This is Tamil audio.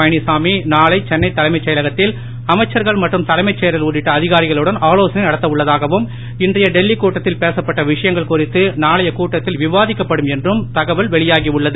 பழனிச்சாமி நானை சென்னை தலைமைச் செயலகத்தில் அமைச்சர்கள் மற்றும் தலைமைச் செயலர் உள்ளிட்ட அதிகாரிகளுடன் ஆலோசனை நடத்த உள்ளதாகவும் இன்றைய டெல்லி கூட்டத்தில் பேசப்பட்ட விஷயங்கள் குறித்து நானைய கூட்டத்தில் விவாதிக்கப்படும் என்றும் தகவல் வெளியாகி உள்ளது